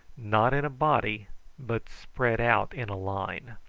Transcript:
not in a body but spread out in a line.